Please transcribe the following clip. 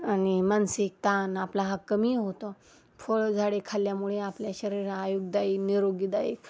आणि मानसिक ताण आपला हा कमी होतो फळ झाडे खाल्ल्यामुळे आपल्या शरीर आयुगदायक निरोगीदायक